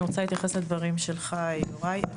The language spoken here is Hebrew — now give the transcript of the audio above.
אני רוצה להתייחס לדברים שלך, יוראי.